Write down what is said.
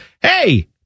hey